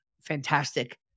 fantastic